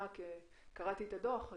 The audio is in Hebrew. קראתי את הדוח,